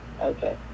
Okay